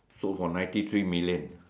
sold for ninety three million